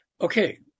okay